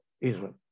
Israel